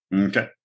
Okay